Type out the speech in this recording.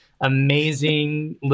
amazing